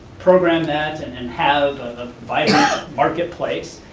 program that and and have the vibrant marketplace.